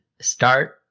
start